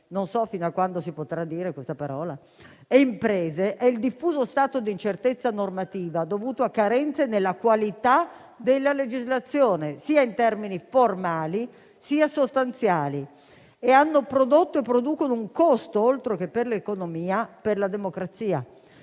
(non so fino a quando si potrà dire questa parola) e imprese, ed il diffuso stato di incertezza normativa, dovuto a carenze nella qualità della legislazione, in termini sia formali sia sostanziali, abbiano prodotto e producano un costo oltre che per l'economia, per la democrazia,